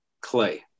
clay